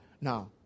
now